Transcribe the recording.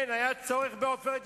כן, היה צורך ב"עופרת יצוקה".